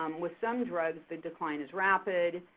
um with some drugs the decline is rapid,